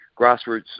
grassroots